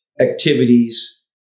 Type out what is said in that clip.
activities